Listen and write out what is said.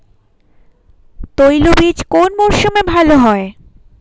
তৈলবীজ কোন মরশুমে ভাল হয়?